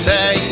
Say